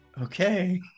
Okay